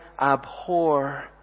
abhor